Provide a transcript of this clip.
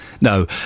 No